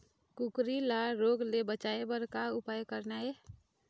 कुकरी ला रोग ले बचाए बर का उपाय करना ये?